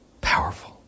Powerful